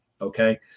Okay